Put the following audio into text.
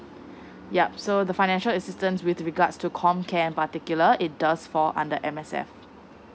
yup so the financial assistance with regards to com care in particular it does for under M_S_F